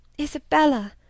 Isabella